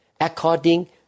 according